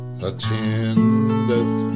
Attendeth